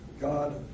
God